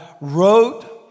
wrote